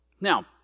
Now